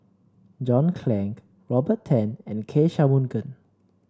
John Clang Robert Tan and K Shanmugam